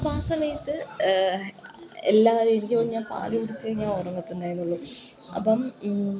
അപ്പം ആ സമയത്ത് എല്ലാവരേയും എനിക്ക് തോന്നുന്നു ഞാൻ പാല് കുടിച്ചിട്ടേ ഞാന് ഉറങ്ങതുള്ളായിരുന്നു അപ്പം ഇൻ